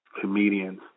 comedians